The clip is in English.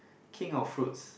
king of fruits